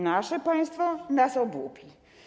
Nasze państwo nas obłupi.